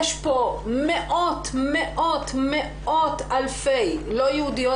יש פה מאות מאות מאות אלפי לא יהודיות